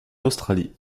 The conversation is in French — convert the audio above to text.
australie